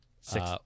Six